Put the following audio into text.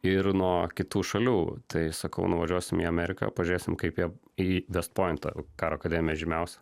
ir nuo kitų šalių tai sakau nuvažiuosim į ameriką pažiūrėsim kaip jie į vestpointą karo akademiją žymiausią